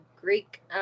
Greek